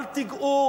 אל תיגעו